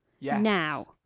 now